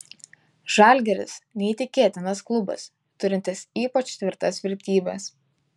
žalgiris neįtikėtinas klubas turintis ypač tvirtas vertybes